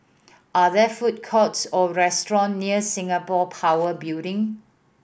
are there food courts or restaurant near Singapore Power Building